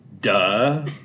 Duh